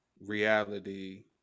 reality